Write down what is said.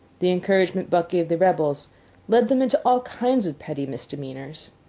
the encouragement buck gave the rebels led them into all kinds of petty misdemeanors.